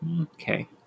okay